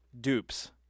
Dupes